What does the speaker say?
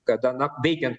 kada na veikiant